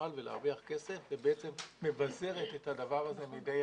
חשמל ולהרוויח כסף ובעצם מבזרת את הדבר הזה מידי